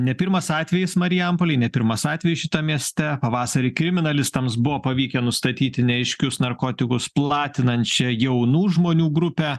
ne pirmas atvejis marijampolėj ne pirmas atvejis šitam mieste pavasarį kriminalistams buvo pavykę nustatyti neaiškius narkotikus platinančią jaunų žmonių grupę